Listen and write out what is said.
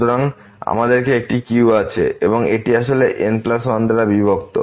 সুতরাং আমাদেরএকটি q এখানে আছে এবং এটি আসলে N1দ্বারা বিভক্ত